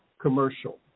commercial